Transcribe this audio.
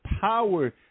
power